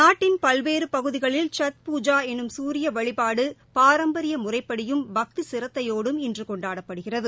நாட்டின் பல்வேறு பகுதிகளில் சத் பூஜா எனும் சூரிய வழிபாடு பாரம்பரிய முறைப்படியும் பக்தி சிரத்தையோடும் இன்று கொண்டாடப்படுகிறது